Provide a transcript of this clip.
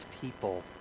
people